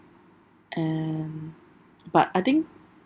and but I think